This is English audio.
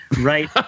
right